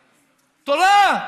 תורה,